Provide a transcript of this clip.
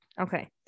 Okay